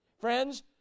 Friends